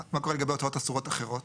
מה קורה לגבי הוצאות אסורות אחרות?